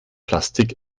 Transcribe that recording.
plastik